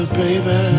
baby